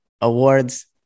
Awards